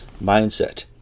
mindset